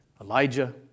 Elijah